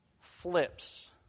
flips